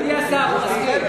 הוא מסכים.